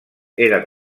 eren